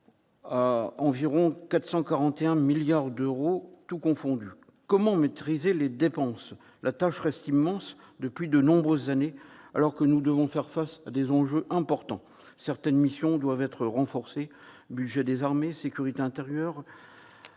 à environ 441 milliards d'euros tout confondu. Comment maîtriser les dépenses ? La tâche reste immense depuis de nombreuses années, alors que nous devons faire face à des enjeux importants. Certaines missions doivent être renforcées : le budget des armées, la sécurité intérieure,